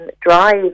drive